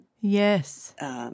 Yes